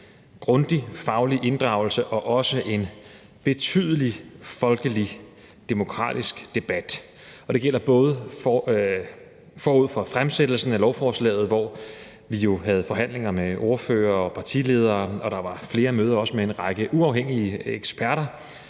grundig faglig inddragelse og også en betydelig folkelig, demokratisk debat. Det gælder forud for fremsættelsen af lovforslaget, hvor vi jo havde forhandlinger med ordførere og partiledere, og der var flere møder, også med en række uafhængige eksperter,